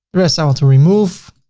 rest i want to remove